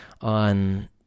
on